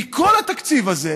מכל התקציב הזה,